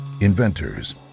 inventors